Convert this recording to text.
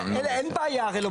סמכויות והגשת בקשות 158ס א.